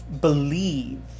believe